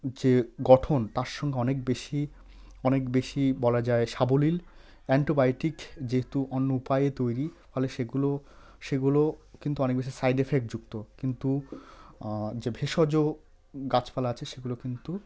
যে গঠন তার সঙ্গে অনেক বেশি অনেক বেশি বলা যায় সাবলীল অ্যান্টিবায়োটিক যেহেতু অন্য উপায়ে তৈরি ফলে সেগুলো সেগুলো কিন্তু অনেক বেশি সাইড এফেক্ট যুক্ত কিন্তু যে ভেষজ গাছপালা আছে সেগুলো কিন্তু